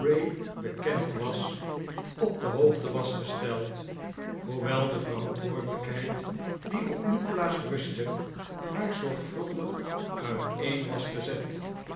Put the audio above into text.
bekend was op de hoogte was gesteld hoewel de verantwoordelijkheid die op nikolaas fustte haar zorgvuldig uiteen was gezet